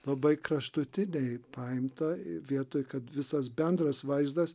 labai kraštutiniai paimta vietoj kad visas bendras vaizdas